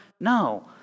No